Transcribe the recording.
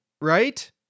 right